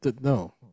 No